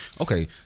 Okay